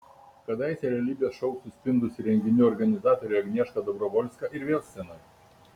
kadaise realybės šou suspindusi renginių organizatorė agnieška dobrovolska ir vėl scenoje